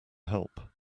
help